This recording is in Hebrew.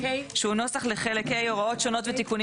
שהוא נוסח לחלק ה': הוראות שונות ותיקונים